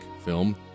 film